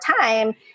time